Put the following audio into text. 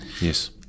Yes